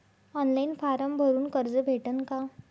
Online form भरून कर्ज भेटन का?